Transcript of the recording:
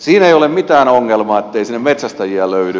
siinä ei ole mitään ongelmaa ettei sinne metsästäjiä löydy